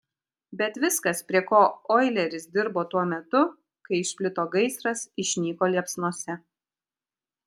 bet viskas prie ko oileris dirbo tuo metu kai išplito gaisras išnyko liepsnose